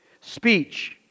Speech